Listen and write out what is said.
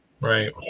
Right